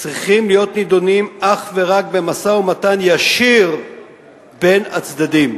צריכים להיות נדונים אך ורק במשא-ומתן ישיר בין הצדדים.